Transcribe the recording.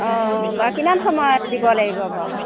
অঁ বাৰু কিমান সময়ত দিব লাগিব বাৰু